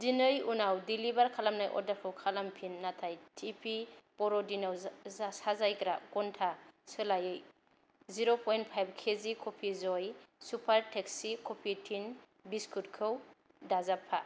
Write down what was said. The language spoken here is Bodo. दिनै उनाव डेलिबार खालामनाय अर्डारखौ खालामफिन नाथाय टिपि बरदिनाव साजायग्रा घन्टानि सोलायै zero point five KG coffee जय सुपार टेस्टि कफि टिन बिस्कुटखौ दाजाबफा